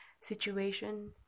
situation